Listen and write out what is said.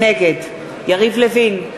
נגד יריב לוין,